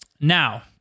Now